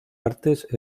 artes